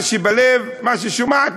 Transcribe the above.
מה שהיא שומעת,